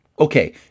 Okay